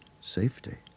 safety